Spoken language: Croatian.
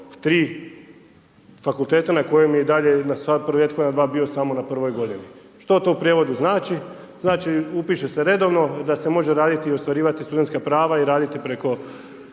3 fakulteta na kojem je i dalje, …/Govornik se ne razumije./… bio samo na prvoj godini. Što to u prijevodu znači, znači, upiše se redovno, da se može raditi i ostvarivati studentska prava i raditi preko